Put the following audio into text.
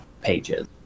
pages